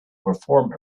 perform